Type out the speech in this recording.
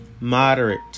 moderate